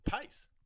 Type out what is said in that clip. pace